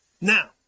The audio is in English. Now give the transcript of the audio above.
now